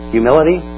Humility